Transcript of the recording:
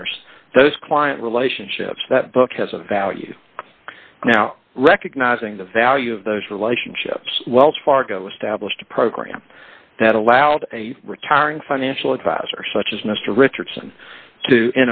ers those client relationships that book has a value now recognizing the value of those relationships wells fargo established a program that allowed a retiring financial advisor such as mr richardson to